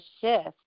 shift